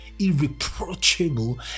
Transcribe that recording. irreproachable